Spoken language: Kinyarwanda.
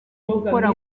gukora